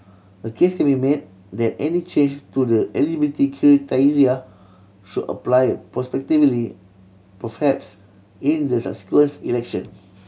a case can be made that any change to the eligibility criteria should apply prospectively perhaps in the subsequent election